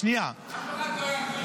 אף אחד לא ירגיש.